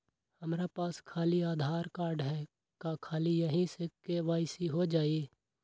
हमरा पास खाली आधार कार्ड है, का ख़ाली यही से के.वाई.सी हो जाइ?